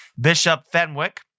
Bishop-Fenwick